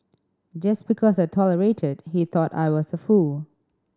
just because I tolerated he thought I was a fool